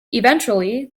eventually